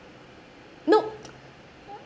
no